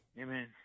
Amen